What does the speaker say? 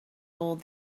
old